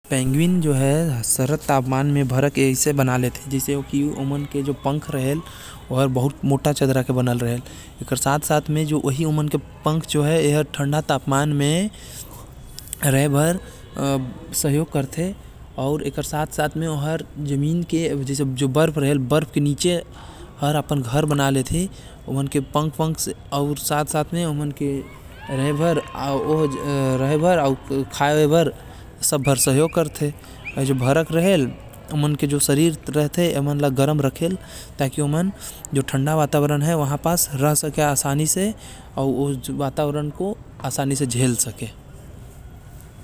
पेंगवीन सर्द बर्फीले मौसम में अपन शरीर में भरक के निर्माण कर के रखथे जेकर वजह से ओकर डेना पँख बहुत मोटा अउ कठोर हो थे साथ ही ओ कर फर मोटा और तेलीय होथे जेकर वजह ले पानी अउ बर्फ एमन ऊपर नहीं जमेल।